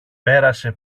πέρασε